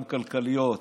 גם כלכליות,